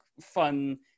fun